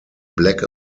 black